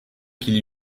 qui